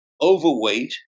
overweight